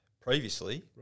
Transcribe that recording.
previously